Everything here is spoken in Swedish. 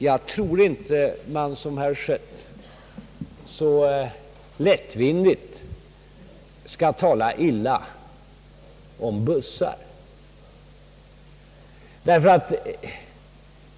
Jag tror inte heller att man så lättvindigt som herr Schött skall tala illa om bussar.